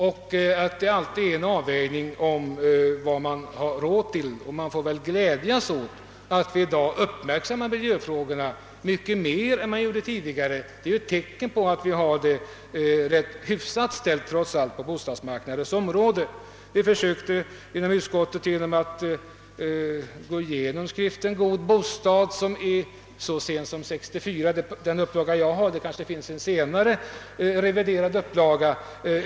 Miljön blir alltså resultatet av en avvägning av vad man har råd med, Vi får glädjas åt att vi i dag uppmärksammar miljöfrågorna mycket mer än tidigare. Det är ju ett tecken på att det trots allt är ganska hyfsat ställt på bostadsområdet. I utskottet gick vi igenom skriften God bostad — jag har 1964 års upplaga, möjligen finns en senare, reviderad sådan.